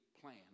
plan